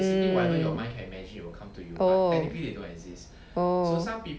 mm oh oh